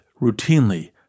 routinely